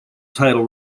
title